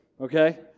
okay